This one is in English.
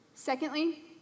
Secondly